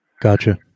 Gotcha